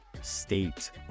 state